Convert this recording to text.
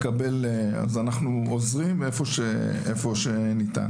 אז אנחנו עוזרים איפה שניתן.